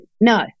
No